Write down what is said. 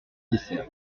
essert